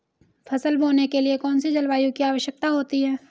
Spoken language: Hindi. फसल बोने के लिए कौन सी जलवायु की आवश्यकता होती है?